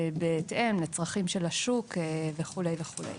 בהתאם לצרכים של השוק וכולי וכולי.